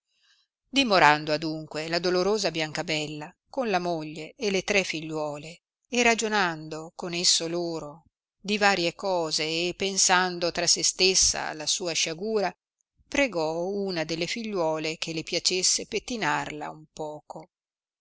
dimorando adunque la dolorosa biancabella con la moglie e le tre figliuole e ragionando con esso loro di varie cose e pensando tra se stessa alla sua sciagura pregò una delle figliuole che le piacesse pettinarla un poco